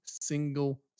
single